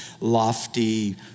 lofty